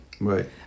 Right